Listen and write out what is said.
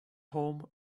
home